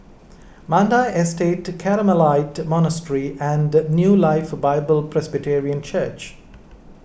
Mandai Estate Carmelite Monastery and New Life Bible Presbyterian Church